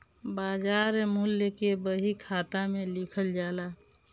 बाजार मूल्य के बही खाता में लिखल जाला